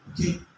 Okay